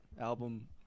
album